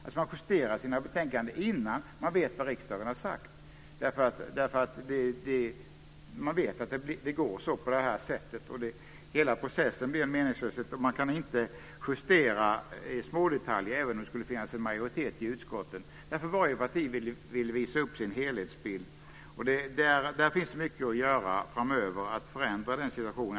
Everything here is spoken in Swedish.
De justerar sina betänkanden innan de vet vad riksdagen har sagt. De vet att det blir så. Hela processen blir en meningslöshet. Man kan inte justera i smådetaljer även om det skulle finnas en majoritet i utskotten, eftersom varje parti vill visa upp sin helhetsbild. Där finns mycket att göra framöver för att förändra den situationen.